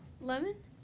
Lemon